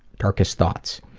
darkest thoughts.